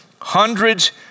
hundreds